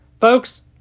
Folks